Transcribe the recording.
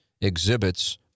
exhibits